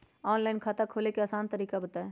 Online खाता खोले के आसान तरीका बताए?